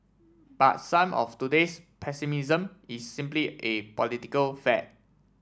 but some of today's pessimism is simply a political fad